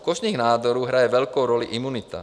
U kožních nádorů hraje velkou roli imunita.